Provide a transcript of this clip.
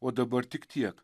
o dabar tik tiek